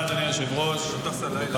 חבר הכנסת עמית הלוי,